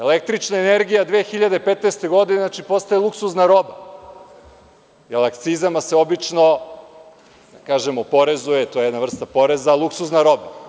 Električna energija 2015. godine, znači, postaje luksuzna roba, jer akcizama se obično, da kažem, oporezuje to je jedna vrsta poreza, luksuzna roba.